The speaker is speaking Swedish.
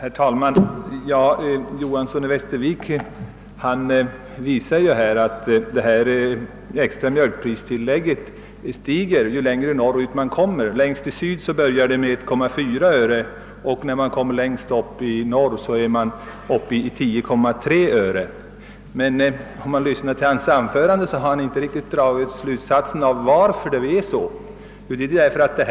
Herr talman! Herr Johanson i Västervik framböll i sitt anförande att det extra mjölkpristillägget utgår med varierande belopp. Längst i söder börjar det med 1,4 öre och längst i norr är det uppe i 10,3 öre. Herr Johanson tycks emellertid inte ha dragit den riktiga slutsatsen beträffande anledningen till att det förhåller sig så.